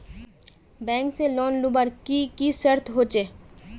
Bank से loan लुबार की की शर्त होचए?